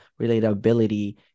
relatability